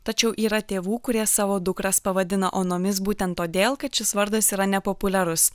tačiau yra tėvų kurie savo dukras pavadina onomis būtent todėl kad šis vardas yra nepopuliarus